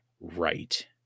right